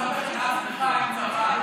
למה אתה מסבך את עצמך עם צבא?